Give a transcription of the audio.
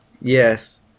Yes